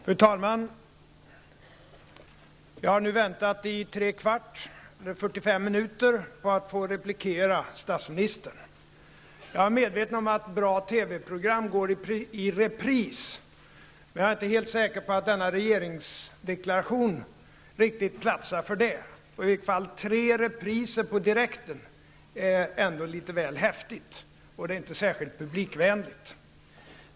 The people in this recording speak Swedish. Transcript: Fru talman! Jag har nu väntat i 45 minuter för att få replikera på statsministerns anförande. Jag är medveten om att bra TV-program går i repris, men jag är inte helt säker på att denna regeringsdeklaration riktigt platsar för det. Tre repriser direkt är ändå litet väl häftigt, och det är inte särskilt publikvänligt.